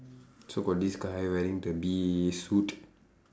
so got this guy wearing the bee suit